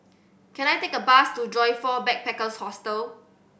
can I take a bus to Joyfor Backpackers' Hostel